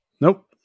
Nope